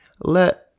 let